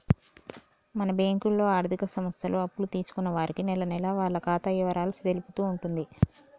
మన బ్యాంకులో ఆర్థిక సంస్థలు అప్పులు తీసుకున్న వారికి నెలనెలా వాళ్ల ఖాతా ఇవరాలు తెలుపుతూ ఉంటుంది